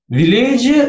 village